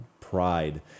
pride